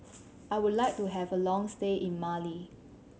I would like to have a long stay in Mali